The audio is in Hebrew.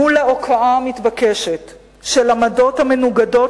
מול ההוקעה המתבקשת של עמדות המנוגדות